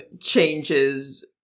changes